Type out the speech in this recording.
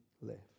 left